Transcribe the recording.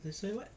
say what